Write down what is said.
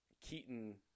Keaton